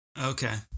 Okay